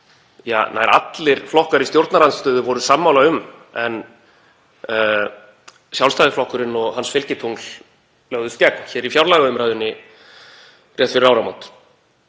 og nær allir flokkar í stjórnarandstöðu voru sammála um en Sjálfstæðisflokkurinn og hans fylgitungl lögðust gegn í fjárlagaumræðunni rétt fyrir áramót.